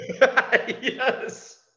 Yes